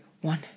one